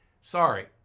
Sorry